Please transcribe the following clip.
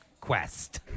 quest